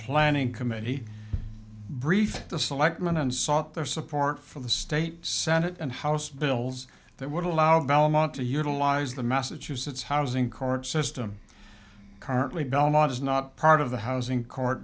planning committee briefed the selectmen and sought their support for the state senate and house bills that would allow belmont to utilize the massachusetts housing court system currently belmont is not part of the housing court